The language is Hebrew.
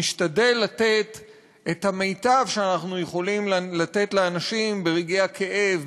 נשתדל לתת את המיטב שאנחנו יכולים לתת לאנשים ברגעי הכאב,